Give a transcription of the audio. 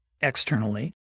externally